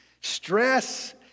Stress